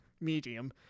medium